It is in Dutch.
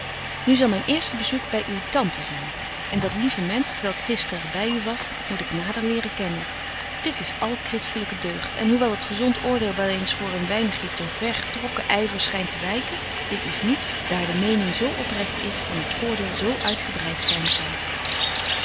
nu zal myn eerste bezoek by uwe tante zyn en dat lieve mensch t welk gisteren by u was moet ik nader leren kennen dit is al christelyke deugd en hoewel t gezont oordeel wel eens voor een weinigje te vergetrokken yver schynt te wyken dit is niets daar de mening zo oprecht is en het voordeel zo uitgebreit zyn kan